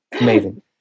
amazing